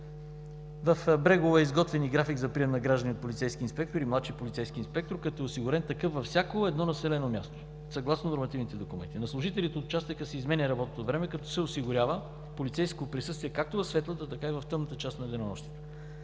В Брегово е изготвен и график за прием на граждани от полицейски инспектор и младши полицейски инспектор, като е осигурен такъв във всяко едно населено място съгласно нормативните документи. На служителите от участъка се изменя работното време, като се осигурява полицейско присъствие както в светлата, така и в тъмната част на денонощието.